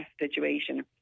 situation